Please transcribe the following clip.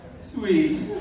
Sweet